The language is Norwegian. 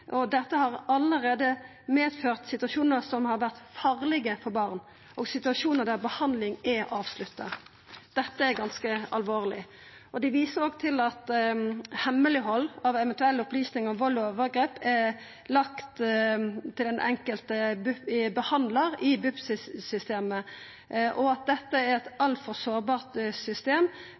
og dette har allereie medført situasjonar som har vore farlege for barn, og situasjonar der behandling er avslutta. Dette er ganske alvorleg. Dei viser òg til at hemmeleghald av eventuelle opplysningar om vald og overgrep er lagt til den enkelte behandlar i BUP-systemet, og at dette er eit altfor sårbart system